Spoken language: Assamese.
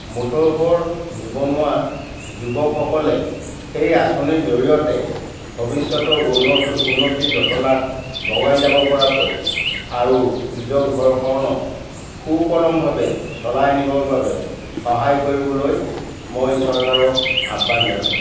মুঠৰ ওপৰ নিবনুৱা যুৱকসকলে সেই আঁচনিৰ জৰিয়তে ভৱিষ্যতৰ উন্নৰ উন্নতিৰ জখলাত বগাই যাব পৰাকৈ আৰু নিজৰ ঘৰখনক সুকলমভাৱে চলাই নিবৰ বাবে সহায় কৰিবলৈ মই চৰকাৰক আহ্বান জনাইছোঁ